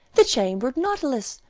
the chambered nautilus,